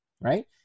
right